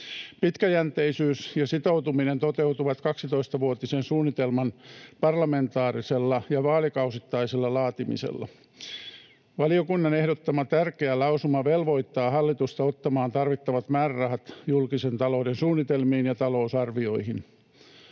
Pitkäjänteisyys ja sitoutuminen toteutuvat 12-vuotisen suunnitelman parlamentaarisella ja vaalikausittaisella laatimisella. Valiokunnan ehdottama tärkeä lausuma velvoittaa hallitusta ottamaan tarvittavat määrärahat julkisen talouden suunnitelmiin ja talousarvioihin.